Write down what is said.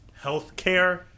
healthcare